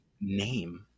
name